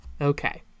Okay